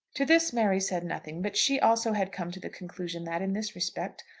to this mary said nothing but she also had come to the conclusion that, in this respect,